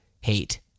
hate